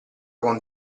con